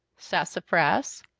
sassafras,